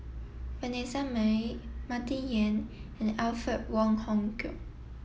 Vanessa Mae Martin Yan and Alfred Wong Hong Kwok